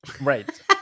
right